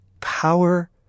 Power